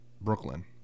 Brooklyn